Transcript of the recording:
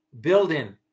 building